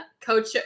Coach